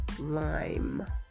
lime